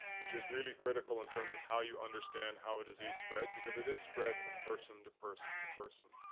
which is really critical in terms of how you understand how a disease spreads. because it is spread from person to person to person.